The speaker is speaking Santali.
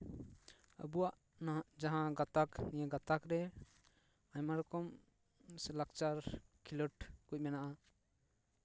ᱟᱵᱚᱣᱟᱜ ᱱᱚᱣᱟ ᱡᱟᱦᱟᱸ ᱜᱟᱛᱟᱜ ᱱᱤᱭᱟᱹ ᱜᱟᱛᱟᱜ ᱨᱮ ᱟᱭᱢᱟ ᱨᱚᱠᱚᱢ ᱞᱟᱠᱪᱟᱨ ᱠᱷᱮᱞᱚᱰ ᱠᱚ ᱢᱮᱱᱟᱜᱼᱟ